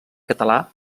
català